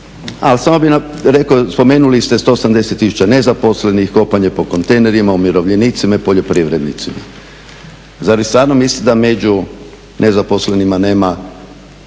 Ali samo bih rekao, spomenuli ste 180 tisuća nezaposlenih, kopanje po kontejnerima, umirovljenicima i poljoprivrednicima, zar vi stvarno mislite da među nezaposlenima nema